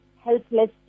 helpless